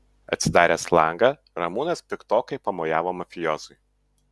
atsidaręs langą ramūnas piktokai pamojavo mafijoziui